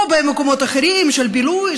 או במקומות אחרים של בילוי,